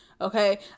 okay